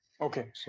okay